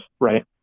right